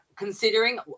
considering